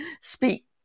speak